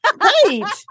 right